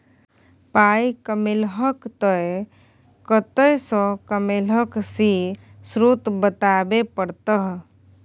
पाइ कमेलहक तए कतय सँ कमेलहक से स्रोत बताबै परतह